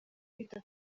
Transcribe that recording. kwita